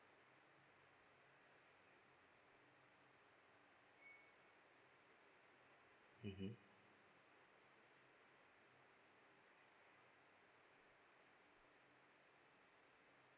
mmhmm